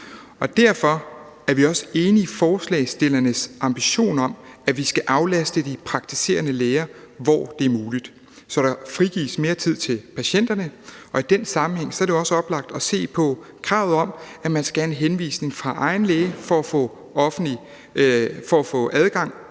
Derfor er vi også enige i forslagsstillernes ambition om, at vi skal aflaste de praktiserende læger, hvor det er muligt, så der frigives mere tid til patienterne. Og i den sammenhæng er det også oplagt at se på kravet om, at man skal have en henvisning fra egen læge for at få adgang